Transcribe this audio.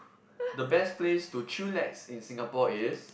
the best place to chillax in Singapore is